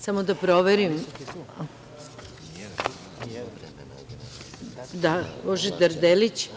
Samo da proverim, da Božidar Delić.